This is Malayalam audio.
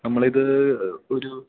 നമ്മളിത് ഒരു